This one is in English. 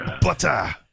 Butter